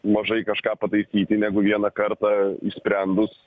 mažai kažką pataisyti negu vieną kartą išsprendus